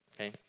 okay